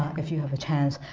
if you have a chance